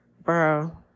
Bro